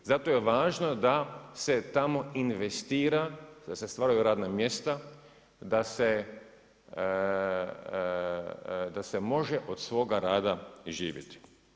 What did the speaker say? Zato je važno da se tamo investira, da se stvaraju radna mjesta, da se može od svoga rada živjeti.